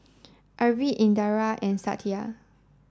Arvind Indira and Satya